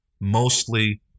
mostly